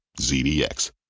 ZDX